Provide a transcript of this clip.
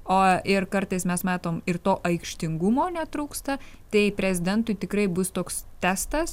o ir kartais mes matom ir to aikštingumo netrūksta tai prezidentui tikrai bus toks testas